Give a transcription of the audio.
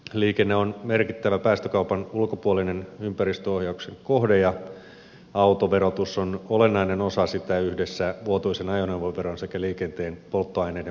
liikenne on merkittävä päästökaupan ulkopuolinen ympäristöohjauksen kohde ja autoverotus on olennainen osa sitä yhdessä vuotuisen ajoneuvoveron sekä liikenteen polttoaineiden verotuksen kanssa